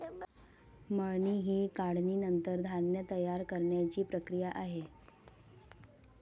मळणी ही काढणीनंतर धान्य तयार करण्याची प्रक्रिया आहे